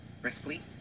briskly